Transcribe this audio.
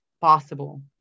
possible